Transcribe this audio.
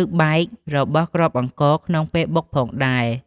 ឬបែករបស់គ្រាប់អង្ករក្នុងពេលបុកផងដែរ។